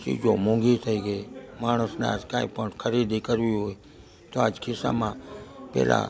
ચીજો મોંઘી થઈ ગઈ માણસને આજ કાંઇ પણ ખરીદી કરવી હોય તો આજ ખિસ્સામાં પહેલા